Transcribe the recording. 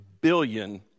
billion